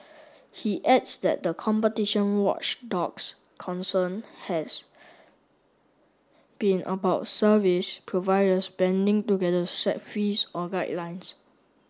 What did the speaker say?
he adds that the competition watchdog's concern has been about service providers banding together set fees or guidelines